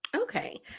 okay